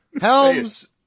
Helms